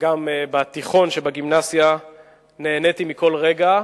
וגם בתיכון שבגימנסיה נהניתי מכל רגע,